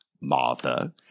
Martha